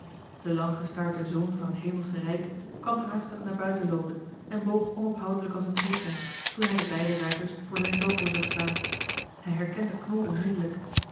de langgestaarte zoon van het hemelsche rijk kwam haastig naar buiten loopen en boog onophoudelijk als een knipmes toen hij de beide ruiters voor zijn toko zag staan hij herkende knol onmiddellijk